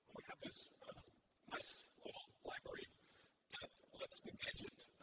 we have this nice little library that lets the gadget